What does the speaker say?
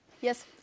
Yes